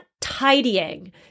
tidying